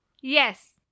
Yes